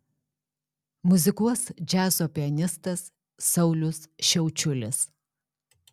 muzikuos džiazo pianistas saulius šiaučiulis